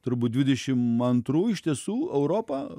turbūt dvidešim antrų iš tiesų europą